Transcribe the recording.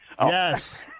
Yes